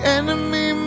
enemy